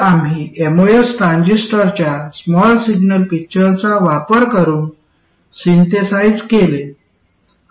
तर आम्ही एमओएस ट्रान्झिस्टरच्या स्मॉल सिग्नल पिक्चरचा वापर करुन सिंथेसाइझ केले